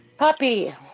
Puppy